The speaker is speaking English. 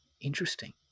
Interesting